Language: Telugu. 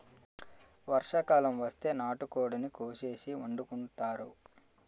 వర్షాకాలం వస్తే నాటుకోడిని కోసేసి వండుకుంతారు